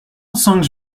songs